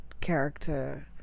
character